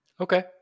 Okay